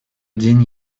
день